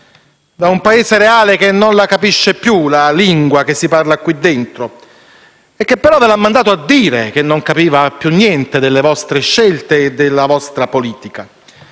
da un Paese reale che non capisce più la lingua che si parla qui dentro e che vi ha anche mandato a dire che non capiva più niente delle vostre scelte e della vostra politica.